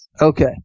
Okay